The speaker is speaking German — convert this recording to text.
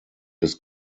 des